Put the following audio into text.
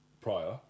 prior